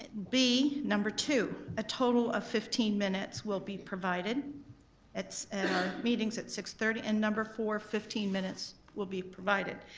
b, number two, a total of fifteen minutes will be provided at our meetings at six thirty and number four, fifteen minutes will be provided.